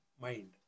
mind